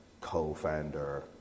co-founder